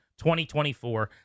2024